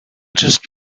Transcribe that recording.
just